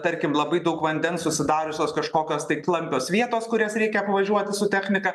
tarkim labai daug vandens susidariusios kažkokios tai klampios vietos kurias reikia apvažiuoti su technika